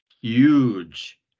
huge